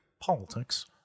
politics